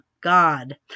God